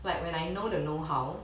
like when I know the know how